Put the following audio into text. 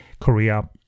Korea